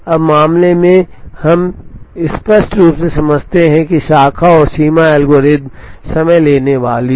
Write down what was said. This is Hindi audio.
अब मामले में हम स्पष्ट रूप से समझते हैं कि शाखा और सीमा एल्गोरिथ्म समय लेने वाली है